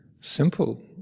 simple